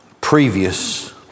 previous